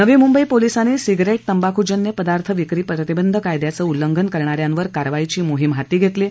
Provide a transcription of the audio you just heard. नवी मुंबई पोलिसांनी सिगारेट तंबाखूजन्य पदार्थ विक्री प्रतिबंध कायद्याचं उल्लंघन करणा यांवर कारवाईची मोहिम हाती घेतली आहे